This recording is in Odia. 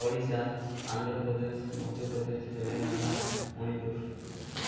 ଓଡ଼ିଶା ଆନ୍ଧ୍ରପ୍ରଦେଶ ମଧ୍ୟପ୍ରଦେଶ ତେଲେଙ୍ଗାନା ମଣିପୁର